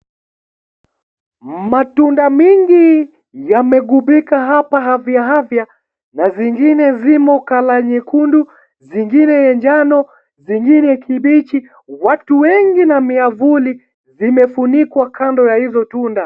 Matunda mingi yamegubika hapa hafyahafya na zingine ziko colour nyekundu zingine ya njano zingine kibichi. Watu wengi na miavuli zimefunikwa kando ya hizo tunda.